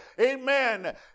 amen